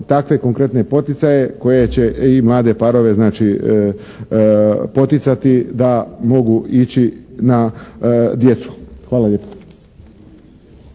takve konkretne poticaje koje će i mlade parove znači poticati da mogu ići na djecu. Hvala lijepa.